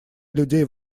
людей